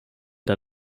der